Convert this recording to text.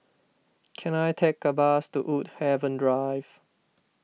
can I take a bus to Woodhaven Drive